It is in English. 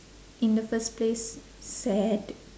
in the first place sad